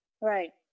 Right